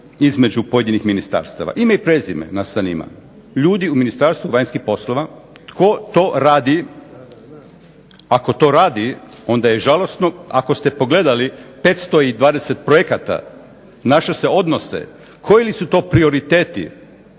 između pojedinih ministarstava? Ime i prezime nas zanima. Ljudi u Ministarstvu vanjskih poslova, tko to radi, ako to radi onda je žalosno, ako ste pogledali 520 projekata, na što se odnose, koji li su to prioriteti?